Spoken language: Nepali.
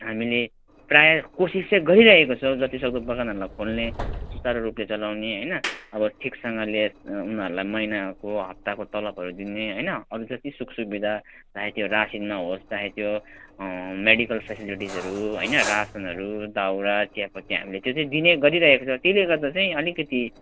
हामीले प्रायः कोसिस चाहिँ गरिरहेको छौँ जति सक्दो बगानहरूलाई खोल्ने सुचारु रूपले चलाउने होइन अब ठिकसँगले उनीहरूलाई महिनाको हप्ताको तलबहरू दिने होइन अरू जति सुख सुविधा चाहे त्यो रासिनमा होस् चाहे त्यो मेडिकल फेसेलिटिजहरू होइन रासनहरू दाउरा चियापत्ति हामीले त्यो चाहिँ दिने गरिरहेको छ त्यसले गर्दा चाहिँ अलिकति